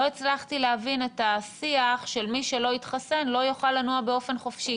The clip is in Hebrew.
לא הצלחתי להבין את השיח שמי שלא התחסן לא יוכל לנוע באופן חופשי.